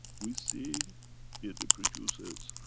we see it reproduces